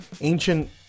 ancient